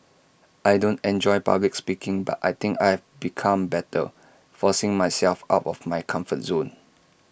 I don't enjoy public speaking but I think I've become better forcing myself out of my comfort zone